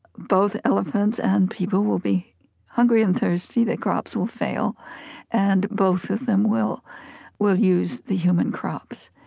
both elephants and people will be hungry and thirsty. their crops will fail and both of them will will use the human crops.